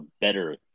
better